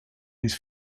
his